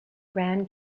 grande